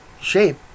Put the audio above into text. shape